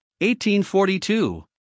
1842